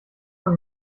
von